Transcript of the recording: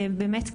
באמת,